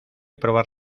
probar